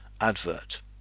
advert